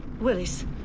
Willis